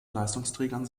leistungsträgern